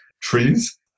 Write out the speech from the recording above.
trees